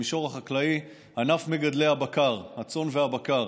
במישור החקלאי, ענף מגדלי הצאן והבקר.